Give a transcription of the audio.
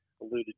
alluded